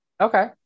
okay